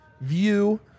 view